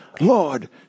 Lord